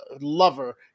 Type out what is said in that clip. lover